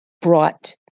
brought